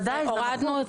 הורדנו.